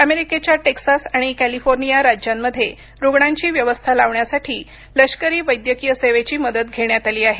अमेरिकेच्या टेक्सास आणि कॅलिफोर्निया राज्यांमध्ये रुग्णांची व्यवस्था लावण्यासाठी लष्करी वैद्यकीय सेवेची मदत घेण्यात आली आहे